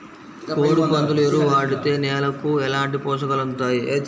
కోడి, పందుల ఎరువు వాడితే నేలకు ఎలాంటి పోషకాలు అందుతాయి